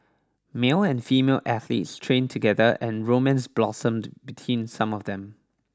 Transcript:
male and female athletes trained together and romance blossomed between some of them